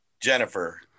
Jennifer